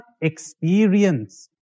experience